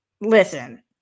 Listen